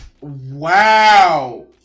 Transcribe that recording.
Wow